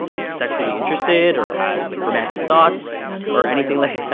sexually interested, or has, like, romantic thoughts or anything like that?